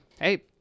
hey